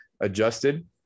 adjusted